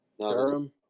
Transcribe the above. Durham